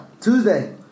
Tuesday